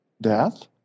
death